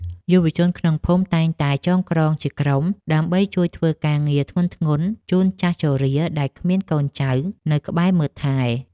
យុវជនក្នុងភូមិតែងតែចងក្រងជាក្រុម ដើម្បីជួយធ្វើការងារធ្ងន់ៗជូនចាស់ជរាដែលគ្មានកូនចៅនៅក្បែរមើលថែ។